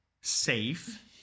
safe